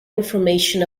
information